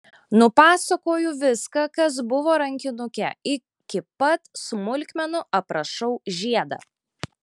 nupasakoju viską kas buvo rankinuke iki pat smulkmenų aprašau žiedą